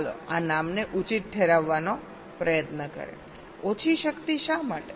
ચાલો આ નામને ઉચિત ઠેરવવાનો પ્રયત્ન કરીએ ઓછી શક્તિ શા માટે